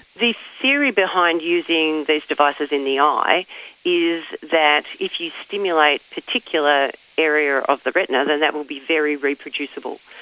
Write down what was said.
the theory behind using these devices in the eye is that if you stimulate a particular area of the retina, then that will be very reproducible.